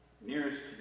nearest